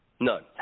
none